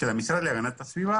הסמנכ"ל.